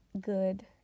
good